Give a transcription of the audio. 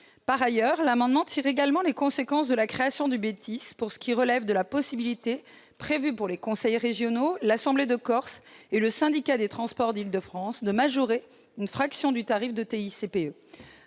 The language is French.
Par ailleurs, il tire également les conséquences de la création du B10 pour ce qui relève de la possibilité prévue pour les conseils régionaux, l'Assemblée de Corse et le Syndicat des transports d'Île-de-France de majorer une fraction du tarif de TICPE.